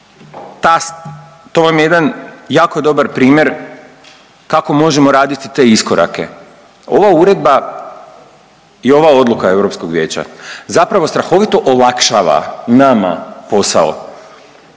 to vam je jedan jako dobar primjer kako možemo raditi te iskorake. Ova uredba i ova odluka Europskog vijeća zapravo strahovito olakšava nama posao